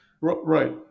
Right